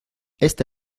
esta